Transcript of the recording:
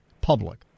public